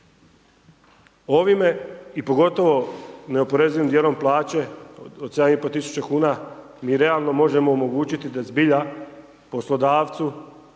Ovime, i pogotovo neoporezivim dijelom plaće od 7.500,00 kn mi realno možemo omogućiti da zbilja poslodavcu